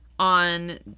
On